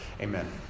Amen